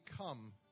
come